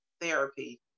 therapy